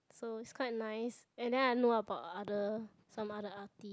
so it's quite nice and then I know about other some other artist